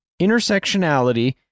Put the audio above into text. intersectionality